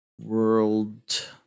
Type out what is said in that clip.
World